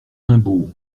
raimbault